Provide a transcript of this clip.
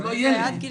ילד זה עד גיל